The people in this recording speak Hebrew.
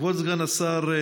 סגן השר,